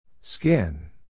Skin